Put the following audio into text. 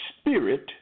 spirit